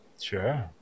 Sure